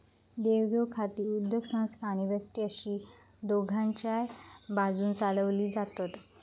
देवघेव खाती उद्योगसंस्था आणि व्यक्ती अशी दोघांच्याय बाजून चलवली जातत